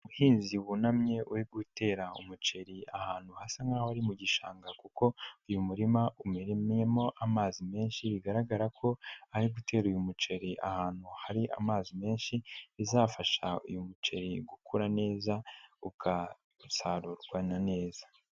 Umuhinzi wunamye we gutera umuceri ahantu hasa nkaho ari mu gishanga kuko uyu murima umenwemo amazi menshi bigaragara ko ari gutera uyu muceri ahantu hari amazi menshi, bizafasha uyu muceri gukura neza ukasarurwa na neza.